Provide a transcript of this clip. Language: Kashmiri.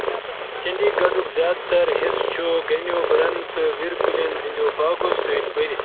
چنڈی گڑھُک زیٛادٕ تر حصہٕ چھُ گَنٮ۪و بر٘ن تہٕ وِرِ کُلٮ۪ن ہٕنٛدٮ۪و باغو سۭتہِ بٔرتھ